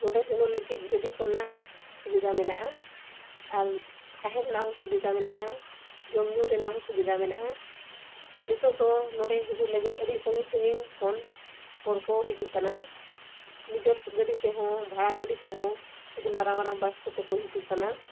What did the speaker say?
ᱱᱚᱸᱰᱮ ᱥᱮᱱᱚᱜ ᱞᱟᱹᱜᱤᱫ ᱜᱟᱹᱰᱤ ᱠᱷᱚᱱᱟᱜ ᱥᱩᱵᱤᱫᱷᱟ ᱢᱮᱱᱟᱜᱼᱟ ᱟᱨ ᱛᱟᱦᱮᱸ ᱨᱮᱱᱟᱜ ᱦᱚᱸ ᱥᱩᱵᱤᱫᱷᱟ ᱢᱮᱱᱟᱜᱼᱟ ᱡᱚᱢ ᱧᱩ ᱨᱮᱱᱟᱜ ᱦᱚᱸ ᱥᱩᱵᱤᱫᱷᱟ ᱢᱮᱱᱟᱜᱼᱟ ᱱᱤᱛᱳᱜ ᱫᱚ ᱱᱚᱸᱰᱮ ᱦᱤᱡᱩᱜ ᱞᱟᱹᱜᱤᱫ ᱟᱹᱰᱤ ᱥᱟᱺᱜᱤᱧ ᱥᱟᱺᱜᱤᱧ ᱠᱷᱚᱱ ᱦᱚᱲ ᱠᱚ ᱦᱤᱡᱩᱜ ᱠᱟᱱᱟ ᱱᱤᱡᱮᱨ ᱜᱟᱹᱰᱤ ᱛᱮᱦᱚᱸ ᱵᱷᱟᱲᱟ ᱜᱟᱹᱰᱤ ᱛᱮᱦᱚᱸ ᱟᱹᱰᱤ ᱢᱟᱨᱟᱝ ᱢᱟᱨᱟᱝ ᱵᱟᱥ ᱠᱚᱛᱮ ᱠᱚ ᱦᱤᱡᱩᱜ ᱠᱟᱱᱟ